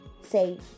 say